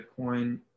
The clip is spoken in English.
Bitcoin